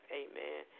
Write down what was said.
amen